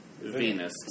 Venus